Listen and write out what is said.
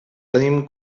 tenim